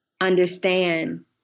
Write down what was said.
understand